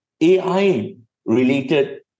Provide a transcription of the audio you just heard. AI-related